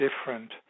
different